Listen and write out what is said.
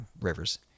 Rivers